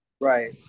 Right